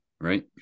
right